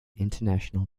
international